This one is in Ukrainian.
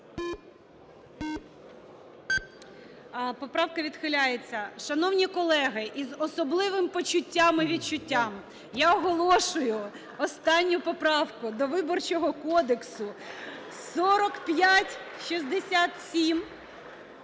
Поправка відхиляється. Шановні колеги, із особливим почуттям і відчуттям я оголошую останню поправку до Виборчого кодексу – 4567.